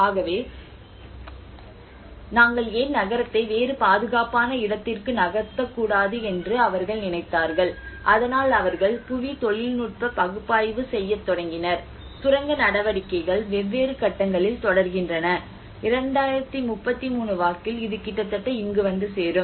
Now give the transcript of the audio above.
ஆகவே நாங்கள் ஏன் நகரத்தை வேறு பாதுகாப்பான இடத்திற்கு நகர்த்தக்கூடாது என்று அவர்கள் நினைத்தார்கள் அதனால் அவர்கள் புவி தொழில்நுட்ப பகுப்பாய்வு செய்யத் தொடங்கினர் சுரங்க நடவடிக்கைகள் வெவ்வேறு கட்டங்களில் தொடர்கின்றன 2033 வாக்கில் இது கிட்டத்தட்ட இங்கு வந்து சேரும்